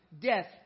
death